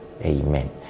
amen